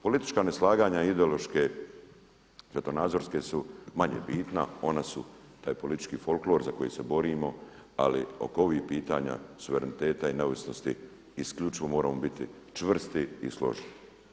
Politička neslaganja i ideološke svjetonazorske su manje bitna, ona su taj politički folklor za koji se borimo, ali oko ovih pitanja suvereniteta i neovisnosti isključivo moramo biti čvrsti i složni.